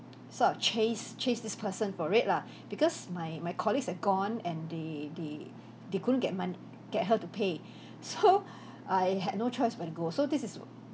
sort of chase chase this person for it lah because my my colleagues are gone and they they they couldn't get money get her to pay so I had no choice but to go so this is